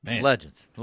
Legends